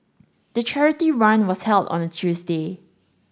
the charity run was held on a Tuesday